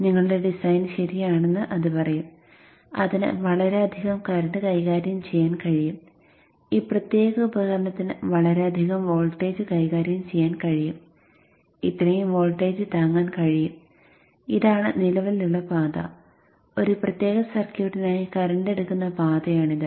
നിങ്ങളുടെ ഡിസൈൻ ശരിയാണെന്ന് അത് പറയും ഇതിന് വളരെയധികം കറന്റ് കൈകാര്യം ചെയ്യാൻ കഴിയും ഈ പ്രത്യേക ഉപകരണത്തിന് വളരെയധികം വോൾട്ടേജ് കൈകാര്യം ചെയ്യാൻ കഴിയും ഇത്രയും വോൾട്ടേജ് താങ്ങാൻ കഴിയും ഇതാണ് നിലവിലുള്ള പാത ഒരു പ്രത്യേക സർക്യൂട്ടിനായി കറന്റ് എടുക്കുന്ന പാതയാണിത്